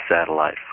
Satellite